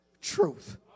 Truth